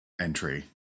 entry